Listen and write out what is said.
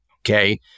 Okay